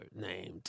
named